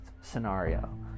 scenario